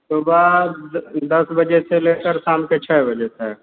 सुबह द दस बजे से लेकर शाम के छः बजे तक